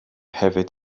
hefyd